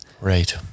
Right